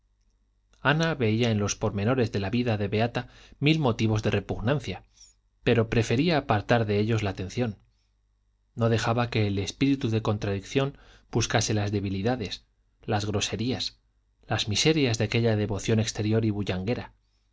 ana veía en los pormenores de la vida de beata mil motivos de repugnancia pero prefería apartar de ellos la atención no dejaba que el espíritu de contradicción buscase las debilidades las groserías las miserias de aquella devoción exterior y bullanguera